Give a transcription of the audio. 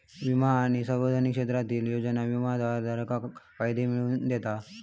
विमा आणि सार्वजनिक क्षेत्रातले योजना विमाधारकाक फायदे मिळवन दितत